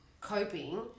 coping